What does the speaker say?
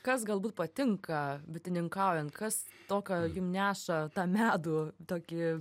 kas galbūt patinka bitininkaujant kas to ką jum neša tą medų tokį